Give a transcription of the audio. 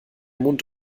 mund